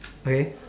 okay